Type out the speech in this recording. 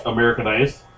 Americanized